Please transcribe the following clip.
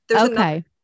Okay